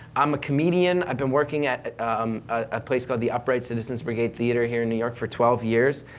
i'm a comedian, i've been working at um a place called the upright citizens brigade theater here in new york for twelve years,